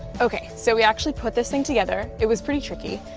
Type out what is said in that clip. okay, so we actually put this thing together, it was pretty tricky,